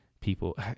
people